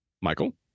Michael